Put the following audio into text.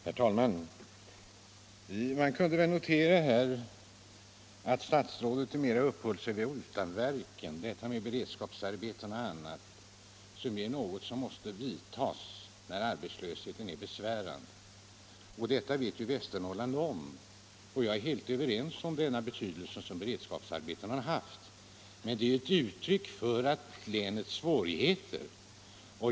Herr talman! Man kan väl notera att statsrådet mest uppehåller sig vid utanverken — beredskapsarbeten och annat. Sådant behövs när arbetslösheten är besvärande, och detta vet Västernorrland om. Jag är helt överens med statsrådet om den betydelse beredskapsarbetarna har haft, men de är ett uttryck för länets svårigheter.